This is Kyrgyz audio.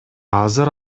азыр